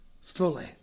fully